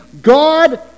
God